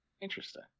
Interesting